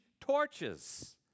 torches